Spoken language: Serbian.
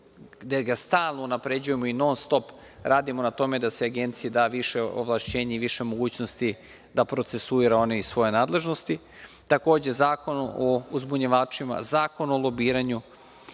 gde ga stalno unapređujemo i non-stop radimo na tome da se Agenciji da više ovlašćenja i više mogućnosti da procesuira one iz svoje nadležnosti. Takođe, Zakon o uzbunjivačima, Zakon o lobiranju.